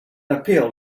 appeal